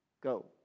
go